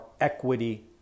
equity